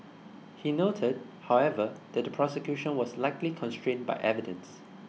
he noted however that the prosecution was likely constrained by evidence